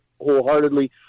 wholeheartedly